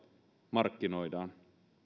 markkinoidaan